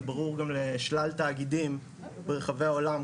וברור גם לשלל תאגידים ברחבי העולם,